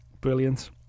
Brilliant